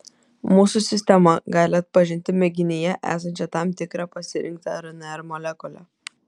mūsų sistema gali atpažinti mėginyje esančią tam tikrą pasirinktą rnr molekulę